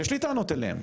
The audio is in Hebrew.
יש לי טענות אליהם.